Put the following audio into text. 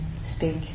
speak